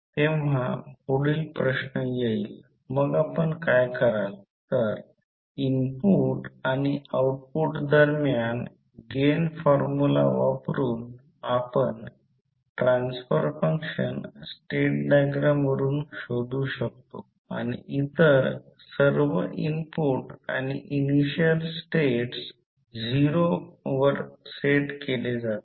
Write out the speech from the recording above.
तर जेव्हा दुसऱ्या म्हणजे हा मोठा लूप त्या वेळी संपूर्ण एकाचा विचार करताना म्युच्युअल इंड्युस म्युच्युअल व्होल्टेजची पुनरावृत्ती होईल